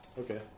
Okay